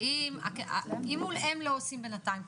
אם הם לא עושים בינתיים,